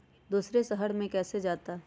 दूसरे शहर मे कैसे जाता?